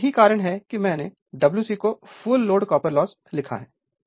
अब यही कारण है कि मैंने Wc को फुल लोड कॉपर लॉस लिखा है